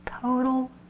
Total